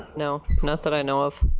no. not that i know of?